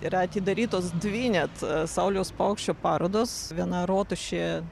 yra atidarytos dvi net sauliaus paukščio parodos viena rotušėje